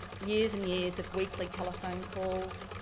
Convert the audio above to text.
years and years of weekly telephone calls,